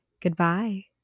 Goodbye